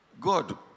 God